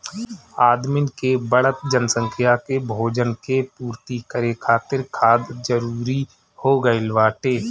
आदमिन के बढ़त जनसंख्या के भोजन के पूर्ति करे खातिर खाद जरूरी हो गइल बाटे